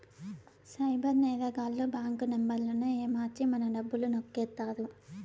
cyber నేరగాళ్లు bank నెంబర్లను ఏమర్చి మన డబ్బులు నొక్కేత్తారు